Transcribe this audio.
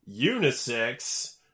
unisex